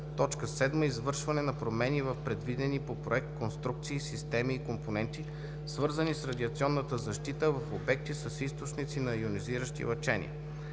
се т. 7: „7. извършване на промени в предвидени по проект конструкции, системи и компоненти, свързани с радиационната защита в обекти с източници на йонизиращи лъчения.“